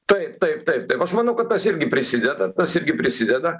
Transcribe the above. taip taip taip taip aš manau kad tas irgi prisideda tas irgi prisideda